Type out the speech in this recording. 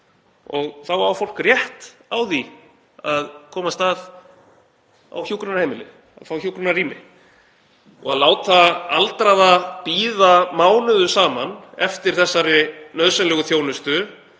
Þá á fólk rétt á því að komast að á hjúkrunarheimili, fá hjúkrunarrými. Að láta aldraða bíða mánuðum saman eftir þessari nauðsynlegu þjónustu er